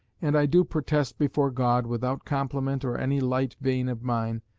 and i do protest before god, without compliment or any light vein of mind,